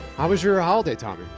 how was your holiday, tommy?